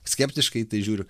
skeptiškai į tai žiūriu